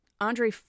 Andre